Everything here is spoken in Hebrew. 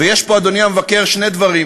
ויש פה, אדוני המבקר, שני דברים,